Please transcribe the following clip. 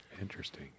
Interesting